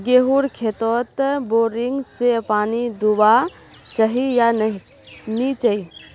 गेँहूर खेतोत बोरिंग से पानी दुबा चही या नी चही?